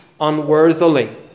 unworthily